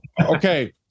okay